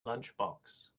lunchbox